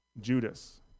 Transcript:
Judas